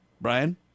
Brian